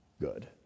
good